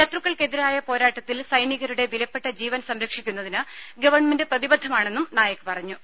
ശത്രുക്കൾക്കെതിരായ പോരാട്ടത്തിൽ സൈനികരുടെ വിലപ്പെട്ട ജീവൻ സംരക്ഷിക്കുന്നതിന് ഗവൺമെന്റ് പ്രതിബദ്ധമാണെന്നും നായിക്ക് പറഞ്ഞു